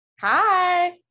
Hi